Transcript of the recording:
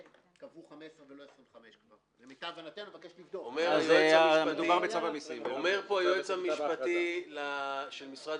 קבעו 15 ולא 25. אומר פה היועץ המשפטי של משרד